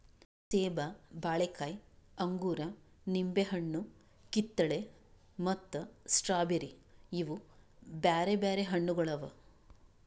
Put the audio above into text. ಸೇಬ, ಬಾಳೆಕಾಯಿ, ಅಂಗೂರ, ನಿಂಬೆ ಹಣ್ಣು, ಕಿತ್ತಳೆ ಮತ್ತ ಸ್ಟ್ರಾಬೇರಿ ಇವು ಬ್ಯಾರೆ ಬ್ಯಾರೆ ಹಣ್ಣುಗೊಳ್ ಅವಾ